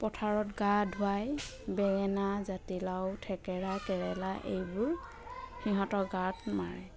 পথাৰত গা ধুৱাই বেঙেনা জাতিলাউ থেকেৰা কেৰেলা এইবোৰ সিহঁতৰ গাত মাৰে